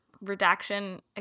redaction